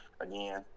again